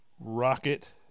Rocket